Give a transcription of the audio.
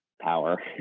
power